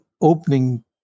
opening